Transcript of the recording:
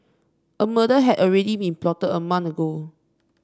a murder had already been plotted a month ago